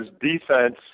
defense